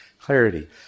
clarity